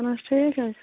اَہَن حظ ٹھیٖک حظ چھِ